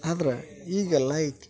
ಆದ್ರೆ ಈಗೆಲ್ಲ ಐತಿ